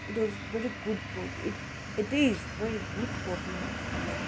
it was very good pole it is very good perfume like